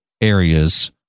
areas